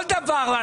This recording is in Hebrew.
כל דבר.